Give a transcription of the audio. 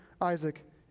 Isaac